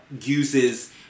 uses